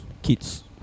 Kids